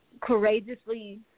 courageously